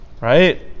right